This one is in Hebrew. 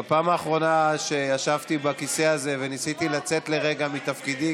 בפעם האחרונה שישבתי בכיסא הזה וניסיתי לצאת לרגע מתפקידי